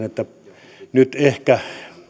että nyt ehkä